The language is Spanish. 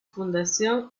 fundación